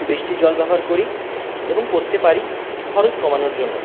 বৃষ্টির জল ব্যবহার করি এবং করতে পারি খরচ কমানোর জন্য